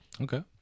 Okay